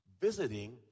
visiting